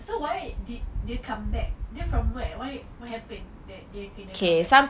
so why did dia come back dia from where why what happen that dia kena come back